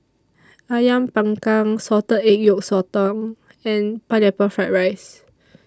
Ayam Panggang Salted Egg Yolk Sotong and Pineapple Fried Rice